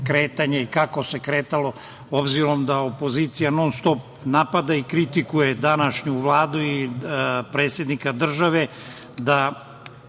da vide kretanje, obzirom da opozicija non-stop napada i kritikuje današnju Vladu i predsednika države,